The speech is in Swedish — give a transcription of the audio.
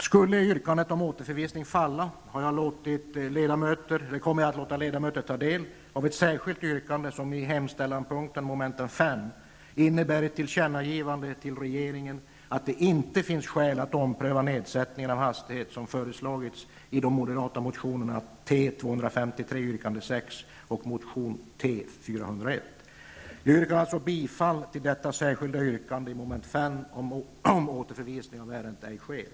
Skulle yrkandet om återförvisning falla, kommer jag att låta ledamöterna ta del av ett särskilt yrkande som i hemställanpunkten mom. 5 innebär ett tillkännagivande till regeringen att det inte finns skäl att ompröva nedsättning av hastigheten, vilket föreslagits i de moderata motionerna T253 yrkande 6 och T401. Jag yrkar alltså bifall till vad som står i detta särskilda yrkande i mom. 5, om återförvisning av ärendet ej sker.